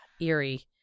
Eerie